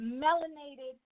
melanated